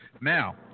Now